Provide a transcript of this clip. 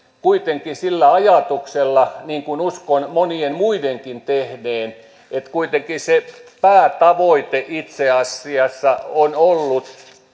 sillä ajatuksella niin kuin uskon monien muidenkin tehneen että kuitenkin se päätavoite itse asiassa on ollut